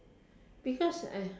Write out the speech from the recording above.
because I